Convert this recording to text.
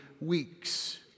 weeks